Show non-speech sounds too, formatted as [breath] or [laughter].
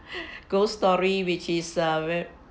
[breath] ghost story which is uh very